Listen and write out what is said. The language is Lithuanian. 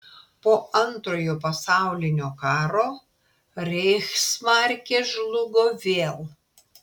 po antrojo pasaulinio karo reichsmarkė žlugo vėl